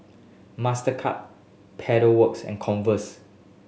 Mastercard Pedal Works and Converse